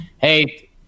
Hey